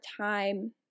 time